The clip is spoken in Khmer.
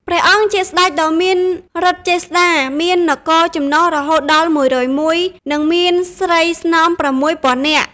ព្រះអង្គជាស្តេចដ៏មានឫទ្ធិចេស្តា មាននគរចំណុះរហូតដល់ ១០១ និងមានស្រីស្នំ ៦០០០ នាក់។